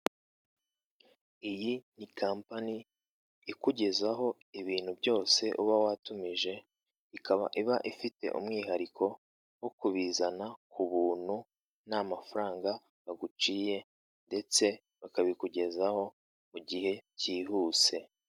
Iyi ni kampani ikugezaho ibintu byose uba watumije, ikaba iba ifite umwihariko wo kubizana ku buntu nta mafaranga baguciye ndetse bakabikugezaho mu gihe cyihuse.